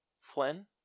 Flynn